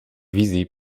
wizji